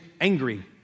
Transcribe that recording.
angry